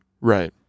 Right